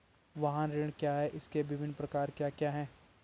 वाहन ऋण क्या है इसके विभिन्न प्रकार क्या क्या हैं?